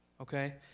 okay